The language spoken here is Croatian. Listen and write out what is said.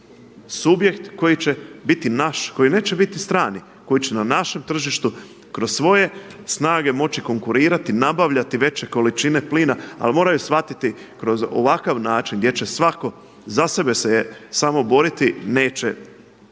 subjekt koji će biti naš, koji neće biti strani, koji će na našem tržištu kroz svoje snage moći konkurirati, nabavljati veće količine plina, ali moraju shvatiti kroz ovakav način gdje će svatko za sebe se samo boriti neće